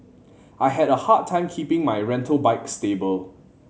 I had a hard time keeping my rental bike stable